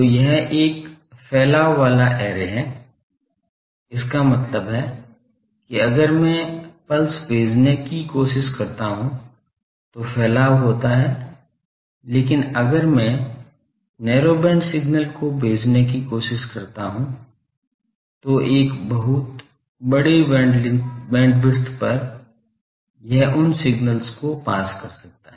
तो यह एक फैलाव वाला ऐरे है इसका मतलब है कि अगर मैं पल्स भेजने की कोशिश करता है तो फैलाव होता है लेकिन अगर मैं नैरो बैंड सिग्नल को भेजने की कोशिश करता हूं तो एक बहुत बड़े बैंडविड्थ पर यह उन सिग्नल्स को पास कर सकता है